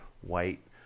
white